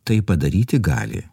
tai padaryti gali